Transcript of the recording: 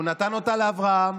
הוא נתן אותה לאברהם,